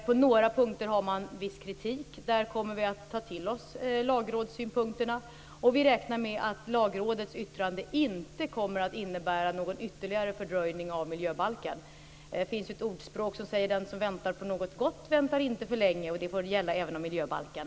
På några punkter har Lagrådet viss kritik, och där kommer regeringen att ta till sig synpunkterna. Regeringen räknar med att Lagrådets yttrande inte kommer att innebära någon ytterligare fördröjning av miljöbalken. Det finns ett ordspråk som säger att den som väntar på något gott aldrig väntar för länge. Detta bör även gälla för miljöbalken.